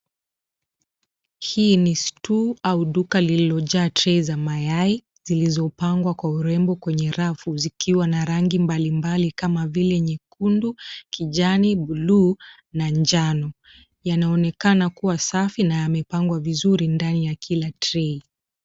Hii ni store au duka lililojaa trei za mayai zilizopangwa kwa urembo kwenye rafu, zikiwa na rangi mbalimbali kama vile nyekundu, kijani, buluu na njano. Yanaonekana kuwa safi na yamepangwa vizuri ndani ya kila trei.